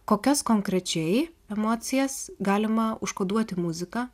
kokias konkrečiai emocijas galima užkoduoti muzika